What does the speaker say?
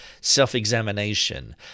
self-examination